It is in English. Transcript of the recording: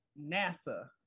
NASA